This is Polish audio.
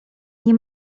nie